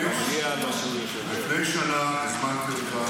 לפני שנה הזמנתי אותך